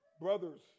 brothers